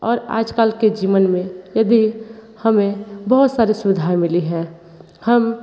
और आजकल के जीवन में यदि हमें बहुत सारे सुविधाएँ मिली हैं हम